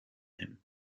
him